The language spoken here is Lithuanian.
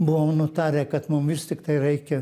buvom nutarę kad mum vis tiktai reikia